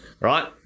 right